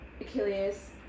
Achilles